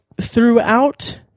throughout